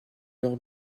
leur